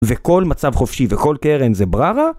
וכל מצב חופשי וכל קרן זה בררה?